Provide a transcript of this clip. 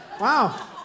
Wow